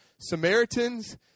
Samaritans